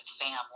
family